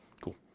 Cool